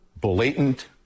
blatant